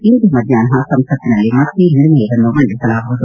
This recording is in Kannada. ಇಂದು ಮಧ್ಯಾಹ್ವ ಸಂಸತ್ತಿನಲ್ಲಿ ಮತ್ತೆ ನಿರ್ಣಯವನ್ನು ಮಂಡಿಸಲಾಗುವುದು